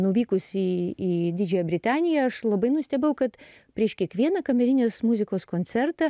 nuvykus į į didžiąją britaniją aš labai nustebau kad prieš kiekvieną kamerinės muzikos koncertą